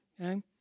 Okay